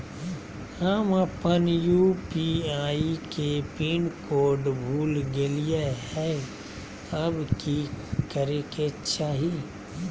हम अपन यू.पी.आई के पिन कोड भूल गेलिये हई, अब की करे के चाही?